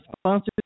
sponsors